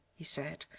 he said,